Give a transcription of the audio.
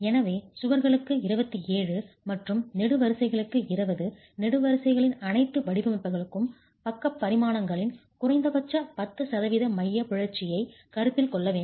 எனவே சுவர்களுக்கு 27 மற்றும் நெடுவரிசைகளுக்கு 20 நெடுவரிசைகளின் அனைத்து வடிவமைப்புகளும் பக்க பரிமாணங்களில் குறைந்தபட்சம் 10 சதவிகித மைய பிறழ்ச்சியைக் கருத்தில் கொள்ள வேண்டும்